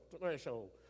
threshold